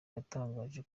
yatangaje